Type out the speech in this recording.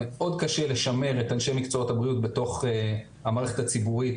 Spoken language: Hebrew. מאד קשה לשמר את אנשי מקצועות הבריאות בתוך המערכת הציבורית